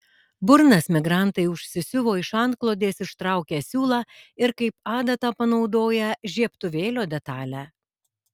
burnas migrantai užsisiuvo iš antklodės ištraukę siūlą ir kaip adatą panaudoję žiebtuvėlio detalę